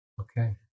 Okay